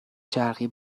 شرقی